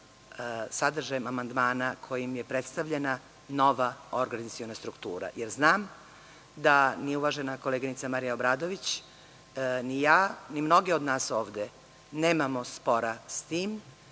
sadržajem amandmana kojim je predstavljena nova organizaciona struktura, jer znam da ni uvažena koleginica Marija Obradović ni ja, ni mnogi od nas ovde nemamo spora, s tim